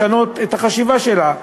לשנות את החשיבה שלה.